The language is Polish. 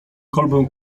kolbę